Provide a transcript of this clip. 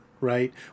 right